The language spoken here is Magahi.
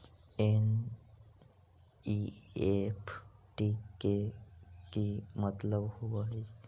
एन.ई.एफ.टी के कि मतलब होइ?